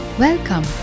Welcome